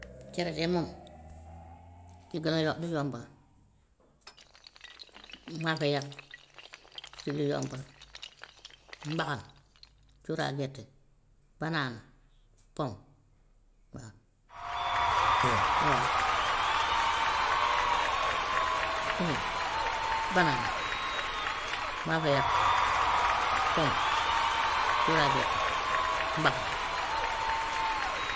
Cere de moom ci gën a yo- lu yomb la, maafe yàpp si lu yomb la, mbaxal, cuuraay gerte, banaana, pom, waa. waa. banaana, maafe yàpp, pom, cuuraay gerte, mbaxal.